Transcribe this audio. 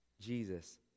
Jesus